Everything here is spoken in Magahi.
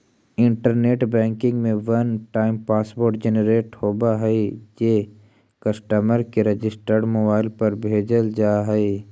इंटरनेट बैंकिंग में वन टाइम पासवर्ड जेनरेट होवऽ हइ जे कस्टमर के रजिस्टर्ड मोबाइल पर भेजल जा हइ